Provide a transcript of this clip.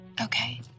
Okay